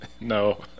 No